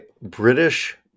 British